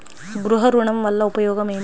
గృహ ఋణం వల్ల ఉపయోగం ఏమి?